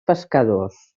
pescadors